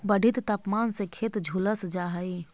बढ़ित तापमान से खेत झुलस जा हई